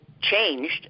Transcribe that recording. changed